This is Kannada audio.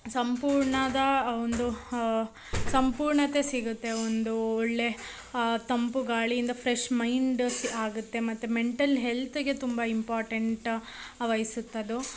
ಸಂಪೂರ್ಣದ ಒಂದು ಸಂಪೂರ್ಣತೆ ಸಿಗುತ್ತೆ ಒಂದು ಒಳ್ಳೆಯ ತಂಪು ಗಾಳಿಯಿಂದ ಫ್ರೆಶ್ ಮೈಂಡಸ್ ಆಗುತ್ತೆ ಮತ್ತು ಮೆಂಟಲ್ ಹೆಲ್ತಿಗೆ ತುಂಬ ಇಂಪಾರ್ಟೆಂಟ್ ವಹಿಸುತ್ತದು